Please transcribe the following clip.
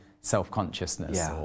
self-consciousness